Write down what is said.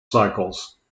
cycles